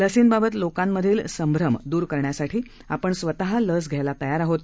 लसींबाबत लोकांमधील संभ्रम दूर करण्यासाठी आपण स्वतः लस घ्यायला तयार आहोत